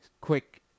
quick